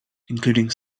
including